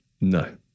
No